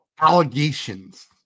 allegations